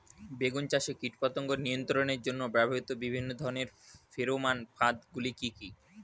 বেগুন চাষে কীটপতঙ্গ নিয়ন্ত্রণের জন্য ব্যবহৃত বিভিন্ন ধরনের ফেরোমান ফাঁদ গুলি কি কি?